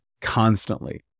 constantly